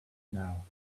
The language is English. now